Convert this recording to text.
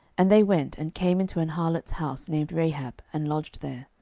and they went, and came into an harlot's house, named rahab, and lodged there.